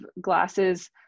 glasses